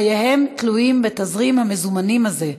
וחייהם תלויים בתזרים המזומנים הזה.